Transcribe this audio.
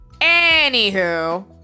Anywho